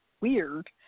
weird